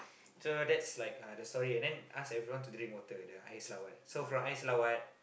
so that's like uh the story and then ask everyone to drink water the air selawat so from air selawat